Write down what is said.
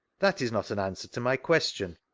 that is not an answer to my question.